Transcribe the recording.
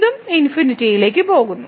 ഇതും ∞ ലേക്ക് പോകുന്നു